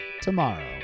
Tomorrow